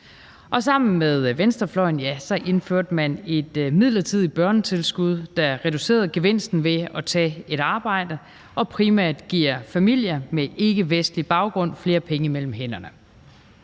sammen med venstrefløjen indførte man et midlertidigt børnetilskud, der reducerer gevinsten ved at tage et arbejde og primært giver familier med ikkevestlig baggrund flere penge mellem hænderne.